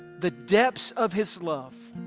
the depths of his love,